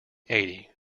eighty